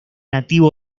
nativo